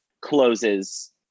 closes